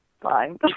Fine